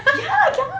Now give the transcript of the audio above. ya I cannot